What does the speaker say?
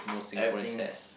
everything is